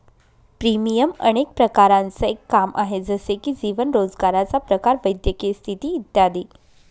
premium अनेक प्रकारांचं एक काम आहे, जसे की जीवन, रोजगाराचा प्रकार, वैद्यकीय स्थिती इत्यादी